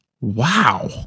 wow